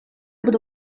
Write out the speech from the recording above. будь